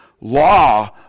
law